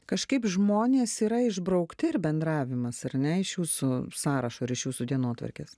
kažkaip žmonės yra išbraukti ir bendravimas ar ne iš jūsų sąrašo ir iš jūsų dienotvarkės